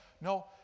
No